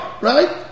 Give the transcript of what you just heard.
right